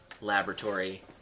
laboratory